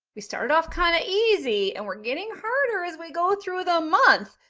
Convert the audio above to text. we started off kind of easy and we're getting hurt or as we go through the month.